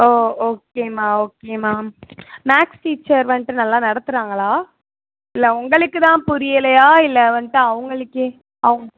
ஓ ஓகேம்மா ஓகேம்மா maths teacher வந்துட்டு நல்லா நடத்துகிறாங்களா இல்லை உங்களுக்கு தான் புரியலையா இல்லை வந்துட்டு அவங்களுக்கே அவுங்